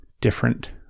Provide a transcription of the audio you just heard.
different